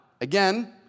Again